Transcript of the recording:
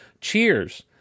Cheers